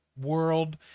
world